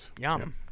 Yum